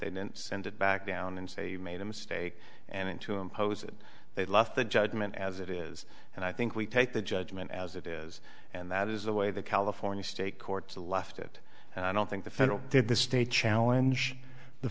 they didn't send it back down and say you made a mistake and to impose it they left the judgment as it is and i think we take the judgment as it is and that is the way the california state courts left it and i don't think the federal